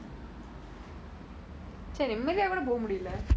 do this not bad three days a week only minimum